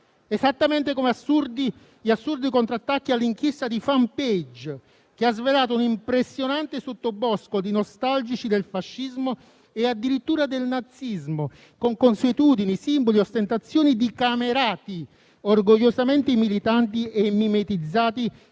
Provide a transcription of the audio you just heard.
esattamente come gli assurdi contrattacchi all'inchiesta di Fanpage, che ha svelato un impressionante sottobosco di nostalgici del fascismo e addirittura del nazismo, con consuetudini, simboli e ostentazioni di camerati orgogliosamente militanti e mimetizzati